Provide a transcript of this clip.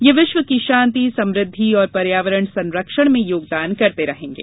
ये विश्व की शांति समृद्धि और पर्यावरण संरक्षण में योगदान करते रहेंगे